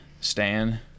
Stan